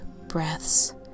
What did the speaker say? breaths